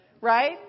right